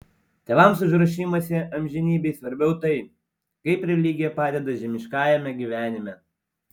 tėvams už ruošimąsi amžinybei svarbiau tai kaip religija padeda žemiškajame gyvenime